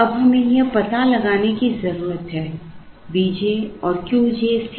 अब हमें यह पता लगाने की जरूरत है V j और qjc j